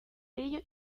brillo